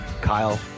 Kyle